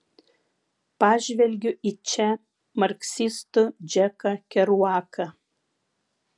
pažvelgiu į če marksistų džeką keruaką